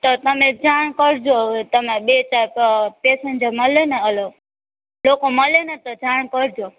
તો તમે જાણ કરજો હવે તમારે બે ચાર તો પેસેન્જર મલેને આલો લોકો મલેને તો જાણ કરજો